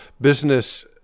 business